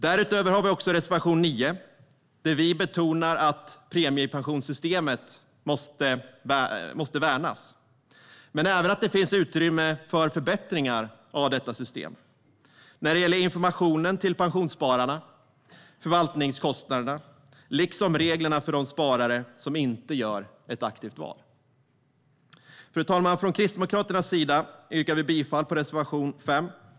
Därutöver har vi reservation 9, där vi betonar att premiepensionssystemet måste värnas men även att det finns utrymme för förbättringar av detta system när det gäller informationen till pensionsspararna, förvaltningskostnaderna liksom reglerna för de sparare som inte gör ett aktivt val. Fru talman! Från Kristdemokraternas sida yrkar vi bifall till reservation 5.